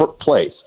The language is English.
place